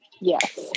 Yes